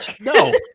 No